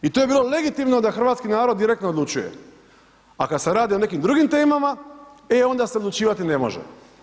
I to je bilo legitimno da hrvatski narod direktno odlučuje, a kad se radi o nekim drugim temama e onda se odlučivati ne može.